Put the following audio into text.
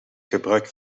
gebruik